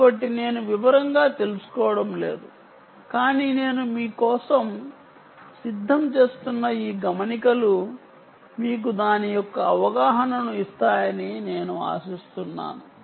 కాబట్టి నేను వివరంగా తెలుసుకోవడం లేదు కానీ నేను మీ కోసం సిద్ధం చేస్తున్న ఈ గమనికలు మీకు దాని యొక్క అవగాహనను ఇస్తాయని నేను ఆశిస్తున్నాను